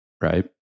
Right